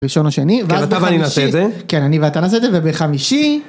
ראשון או שני ואז אתה ואני נעשה את זה, כן אני ואתה נעשה את זה ובחמישי.